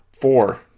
Four